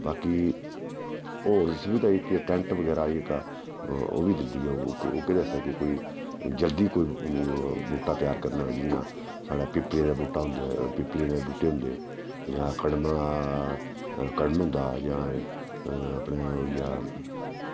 बाकी होर स बी टैंट बगैरा जेह्का ओह् बी दिंदी ऐ ओह् कैह्दे वास्तै कोई जल्दी कोई बूह्टा त्यार करना जियां साढ़ै पिपली दा बूह्टा होंदा पिपली दे बूह्टे होंदे जां कड़मै दा कड़म होंदा जां अपने होई गेआ